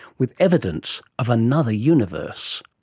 with evidence of another universe.